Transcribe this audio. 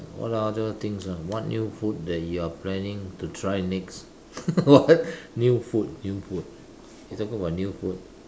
what other things ah what new food that you are planning to try next what new food new food he's talking about new food